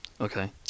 Okay